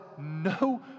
no